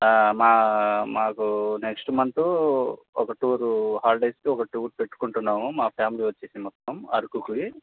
మా మాకు next month ఒక టూరు హాలిడేస్కి ఒక టూర్ పెట్టుకుంటున్నాము మా ఫ్యామిలీ వచ్చేసి మొత్తం అరకుకి